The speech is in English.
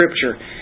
Scripture